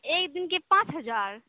ایک دن کے پانچ ہزار